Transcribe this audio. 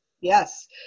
Yes